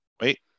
wait